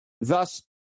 thus